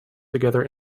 together